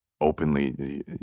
openly